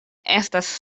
estas